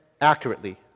accurately